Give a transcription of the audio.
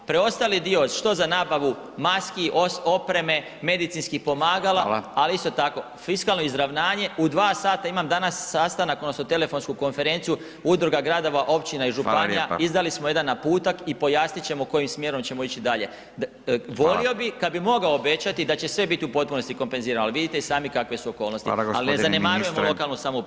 Preostali dio što za nabavu maski, opreme, medicinskih pomagala, [[Upadica Radin: Hvala.]] ali isto tako fiskalno izravnanje, u 2 sata imam danas sastanak odnosno telefonsku konferenciju, Udruga gradova, općina i županija, [[Upadica Radin: Hvala lijepa.]] izdali smo jedan naputak i pojasnit ćemo kojim smjerom ćemo ići dalje [[Upadica Radin: Hvala.]] Volio bi kad bi mogao obećati da će sve biti u potpunosti kompenzirano, ali vidite i sami kakve su okolnosti, [[Upadica Radin: Hvala, g. ministre.]] ali ne zanemarujemo lokalnu samoupravu.